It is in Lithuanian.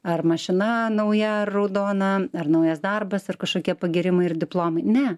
ar mašina nauja raudona ar naujas darbas ar kažkokie pagyrimai ir diplomai ne